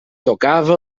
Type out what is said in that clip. tocava